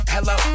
Hello